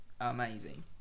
amazing